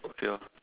okay orh